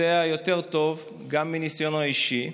יודע יותר טוב, גם מניסיונו האישי.